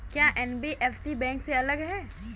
क्या NBFC bank से अलग है?